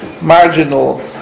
marginal